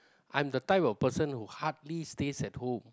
I'm the type of person who hardly stays at home